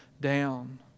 down